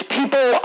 people